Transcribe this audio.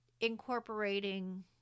incorporating